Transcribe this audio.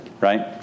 Right